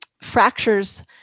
fractures